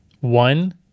One